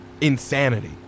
insanity